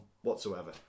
whatsoever